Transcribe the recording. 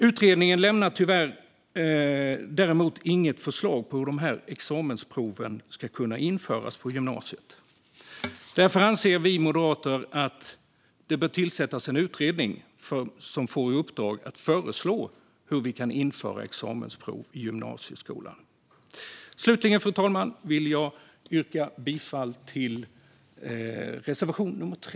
Utredningen lämnar tyvärr inget färdigt förslag på hur dessa examensprov ska kunna införas på gymnasiet. Därför anser vi moderater att det bör tillsättas en utredning som får i uppdrag att föreslå hur vi kan införa examensprov i gymnasieskolan. Slutligen, fru talman, vill jag yrka bifall till reservation nummer 3.